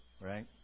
Right